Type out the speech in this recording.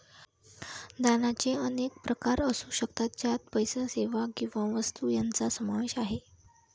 दानाचे अनेक प्रकार असू शकतात, ज्यात पैसा, सेवा किंवा वस्तू यांचा समावेश आहे